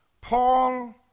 Paul